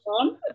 on